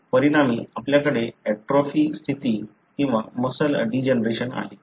परिणामी आपल्याकडे एट्रोफिक स्थिती किंवा मसल डीजनरेशन आहे